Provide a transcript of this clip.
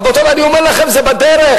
רבותי, אני אומר לכם, זה בדרך.